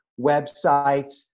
websites